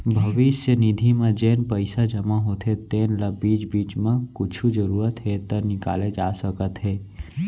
भविस्य निधि म जेन पइसा जमा होथे तेन ल बीच बीच म कुछु जरूरत हे त निकाले जा सकत हे